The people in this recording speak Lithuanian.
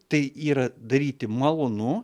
tai yra daryti malonu